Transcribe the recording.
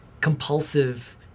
compulsive